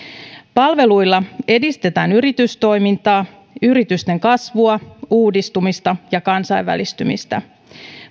palveluilla edistetään yritystoimintaa yritysten kasvua uudistumista ja kansainvälistymistä